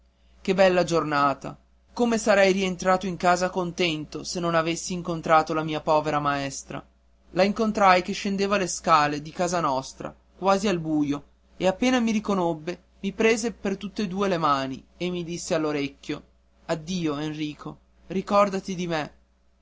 che bella giornata come sarei rientrato in casa contento se non avessi incontrato la mia povera maestra la incontrai che scendeva le scale di casa nostra quasi al buio e appena mi riconobbe mi prese per tutt'e due le mani e mi disse all'orecchio addio enrico ricordati di me